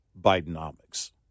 Bidenomics